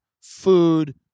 food